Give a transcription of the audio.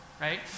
right